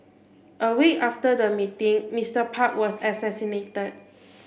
a week after the meeting Mister Park was assassinated